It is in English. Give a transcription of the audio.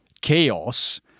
chaos